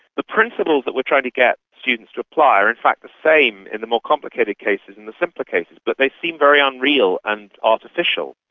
the principles that we're trying to get students to apply are in fact the same in the more complicated cases and the simpler cases, but they seem very unreal and artificial.